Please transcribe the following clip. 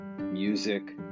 music